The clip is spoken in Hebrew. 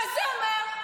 מה זה אומר?